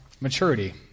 maturity